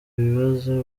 bibazo